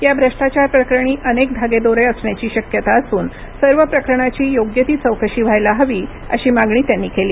या भ्रष्टाचारप्रकरणी अनेक धागेदोरे असण्याची शक्यता असून सर्व प्रकरणाची योग्य ती चौकशी व्हायला हवी अशी मागणी त्यांनी केली